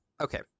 Okay